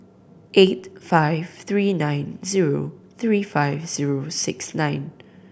eight five three nine zero three five zero six nine